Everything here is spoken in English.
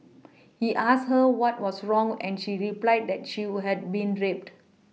he asked her what was wrong and she replied that she would had been raped